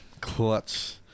Clutch